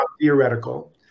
theoretical